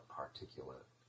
particulate